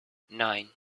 nine